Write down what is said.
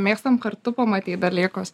mėgstam kartu pamatyt dalykus